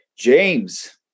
James